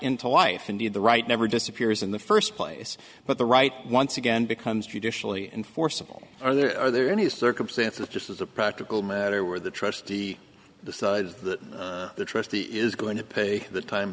into life indeed the right never disappears in the first place but the right once again becomes judicially enforceable are there any circumstances just as a practical matter where the trustee decides that the trustee is going to pay the time